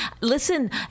Listen